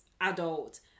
adult